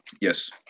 Yes